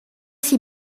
s’y